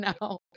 No